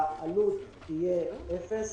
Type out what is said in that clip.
העלות תהיה אפס.